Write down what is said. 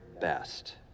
best